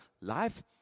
Life